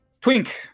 Twink